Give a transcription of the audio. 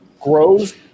grows